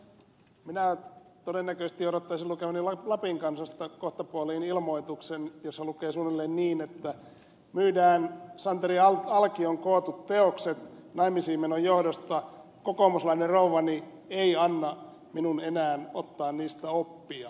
minä todennäköisesti odottaisin lukevani lapin kansasta kohtapuoliin ilmoituksen jossa lukee suunnilleen niin että myydään santeri alkion kootut teokset naimisiinmenon johdosta kokoomuslainen rouvani ei anna minun enää ottaa niistä oppia